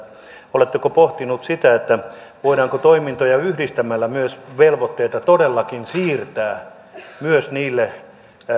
oletteko pohtinut sitä voidaanko toimintoja yhdistämällä myös velvoitteita todellakin siirtää myös niille